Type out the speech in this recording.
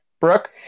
Brooke